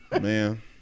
Man